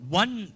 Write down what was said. one